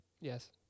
Yes